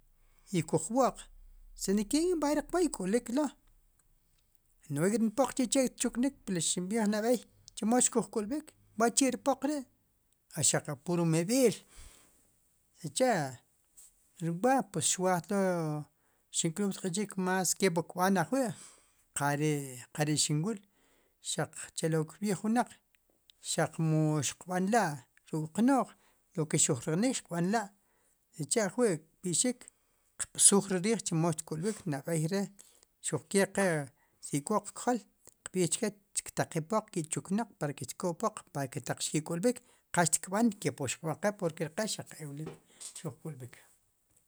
I koj wo'q si ni ke nk'i b'ay riq wooy k'olik lo' no'j ek'rim poq chi' che xtchuknik, kepli xin b'iij nab'eey chemo xkuj k'ul b'ik, wa'chi'ri poq wi' a xaq pur mediir. sicha' ri wa' pues xwaajtlo xink'lub'tlo más kop wu kb'aan ajwi' qare are xin wiil, xaq chelo kirb'iij wnaq, xaq mu xqb'anla' pu wuq no'j, loke xujyolik xiqb'anla' sicha'ajwi' kb'i'xik, qb'suj re riij chemo xkuj k'ulb'ik nab'ey re' si ke qe si k'o qk'jool, qb'iij cheke, ktaqiij poq ji'chuknaq para que xtk'ob'poq ataq xki'k'ulb'ik qal xtkb'an kop wu xiqb'an qe porque ri qe xaq iwlik xuj k'ulb'ik.